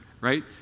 right